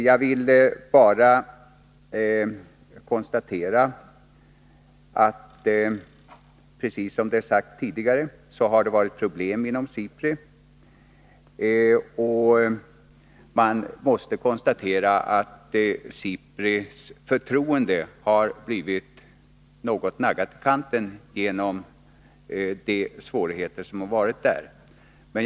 Jag vill bara konstatera att, precis som har sagts tidigare, det har varit problem inom SIPRI och att SIPRI:s förtroende har blivit något naggat i kanten på grund av institutets svårigheter.